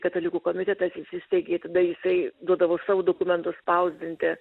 katalikų komitetas įsisteigė tada jisai duodavo savo dokumentus spausdinti